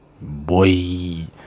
boy